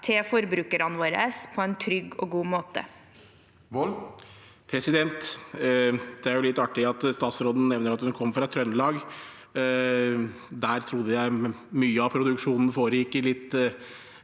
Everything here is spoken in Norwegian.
til forbrukerne våre på en trygg og god måte. Morten Wold (FrP) Det er litt artig at statsråden nevner at hun kommer fra Trøndelag. Der trodde jeg mye av produksjonen foregikk i litt